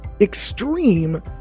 extreme